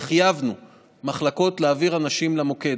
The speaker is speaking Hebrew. וחייבנו מחלקות להעביר אנשים למוקד,